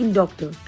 doctor